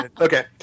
Okay